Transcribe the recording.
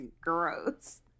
gross